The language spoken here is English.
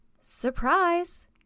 surprise